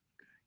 Okay